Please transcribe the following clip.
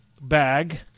bag